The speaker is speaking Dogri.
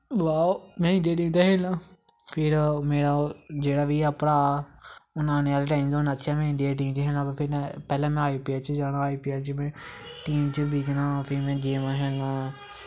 वाओ में इंडिया टीम तै खेलनां फिर मेरा जेह्ड़ा बी ऐ भ्राह् उन्न आनें आह्ले टाईम च इंडिया टीम च खेलनां पैह्लैं में आईपीऐल च जाना आईपीऐल च में टीम च बिकना फिर में गेम च खेलनां